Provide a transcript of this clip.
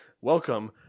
Welcome